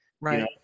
right